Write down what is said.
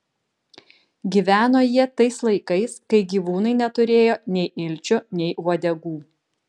gyveno jie tais laikais kai gyvūnai neturėjo nei ilčių nei uodegų